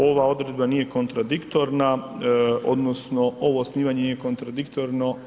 Ova odredba nije kontradiktorna odnosno ovo osnivanje nije kontradiktorno.